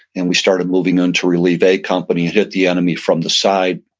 and we started moving in to relieve a company and hit the enemy from the side,